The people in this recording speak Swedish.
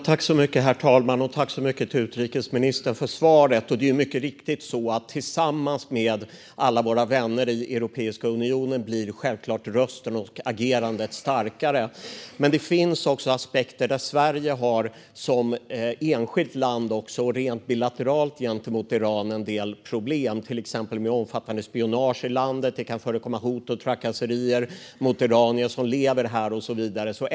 Herr talman! Jag tackar utrikesministern så mycket för svaret. Det är mycket riktigt - tillsammans med alla våra vänner i Europeiska unionen blir självklart rösten och agerandet starkare. Men det finns också aspekter där Sverige som enskilt land har en del problem gentemot Iran rent bilateralt, till exempel med omfattande spionage i landet. Det kan förekomma hot och trakasserier mot iranier som lever här och så vidare.